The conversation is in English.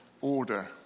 order